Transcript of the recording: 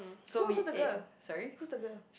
who who's the girl who's the girl